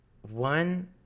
one